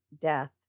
death